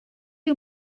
you